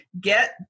get